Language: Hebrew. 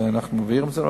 ואנחנו מביאים את זה למכרז,